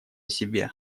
себе